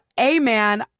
amen